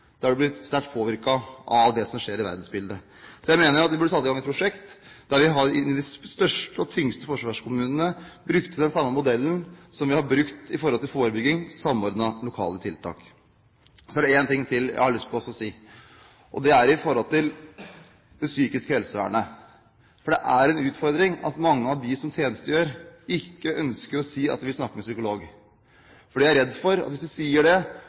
sterkt påvirket av det som skjer i verden. Så jeg mener at vi burde sette i gang et prosjekt med de største og tyngste forsvarskommunene, og bruke den samme modellen som vi har brukt med tanke på forebygging – samordnede lokale tiltak. Så er det én ting til jeg har lyst til å si, og det gjelder det psykiske helsevernet. Det er en utfordring at mange av dem som tjenestegjør, ikke ønsker å si at de vil snakke med psykolog. De er redd for at hvis man spør om det,